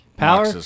power